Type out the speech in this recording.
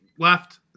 left